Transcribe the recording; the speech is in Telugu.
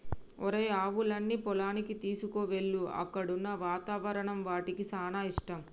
ఒరేయ్ ఆవులన్నీ పొలానికి తీసుకువెళ్ళు అక్కడున్న వాతావరణం వాటికి సానా ఇష్టం